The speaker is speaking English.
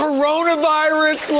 Coronavirus